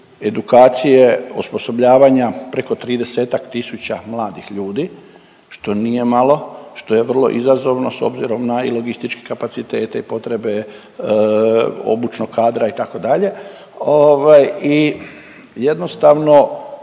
edukacije, osposobljavanja preko 30-ak tisuća mladih ljudi što nije malo, što je vrlo izazovno s obzirom na i logističke kapacitete, potrebe obučnog kadra itd., ovaj i jednostavno